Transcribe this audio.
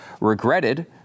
regretted